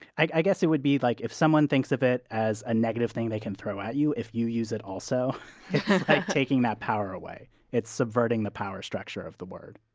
i guess it would be like if someone thinks of it as a negative thing they can throw at you, if you use it also, it's taking that power away it's subverting the power structure of the word!